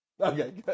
Okay